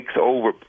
over